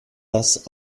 das